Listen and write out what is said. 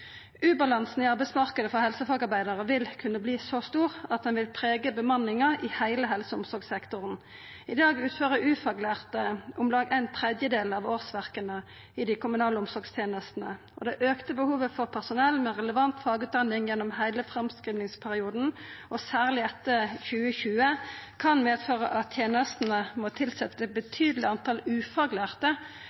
Ubalansen i arbeidsmarknaden for helsefagarbeidarar vil kunna verta så stor at han vil prega bemanninga i heile helse- og omsorgssektoren. I dag utgjer ufaglærte om lag ein tredjedel av årsverka i dei kommunale omsorgstenestene. Og det auka behovet for personell med relevant fagutdanning gjennom heile framskrivingsperioden, og særleg etter 2020, kan medføra at tenestene må tilsetja eit betydeleg tal ufaglærte